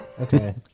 Okay